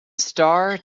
star